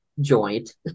joint